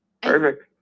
perfect